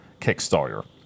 kickstarter